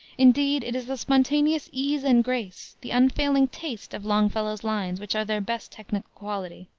indeed, it is the spontaneous ease and grace, the unfailing taste of longfellow's lines, which are their best technical quality.